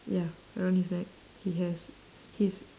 ya around his neck he has he's